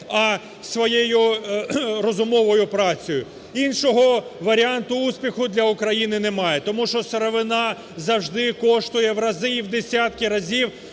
а своєю розумовою працею. Іншого варіанту успіху для України немає. Тому що сировина завжди коштує врази і в десятки разів